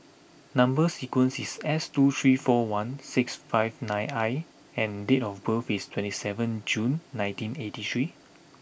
number sequence is S two three four one six five nine I and date of birth is twenty seventh June nineteen eighty three